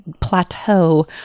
plateau